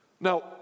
Now